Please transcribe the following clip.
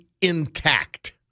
Intact